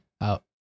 Out